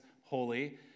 holy